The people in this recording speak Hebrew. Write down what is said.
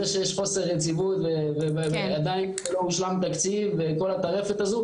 זה שיש חוסר יציבות ועדיין לא הושלם תקציב וכל הטרפת הזו,